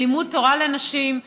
ללימוד תורה לנשים.